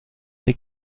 eine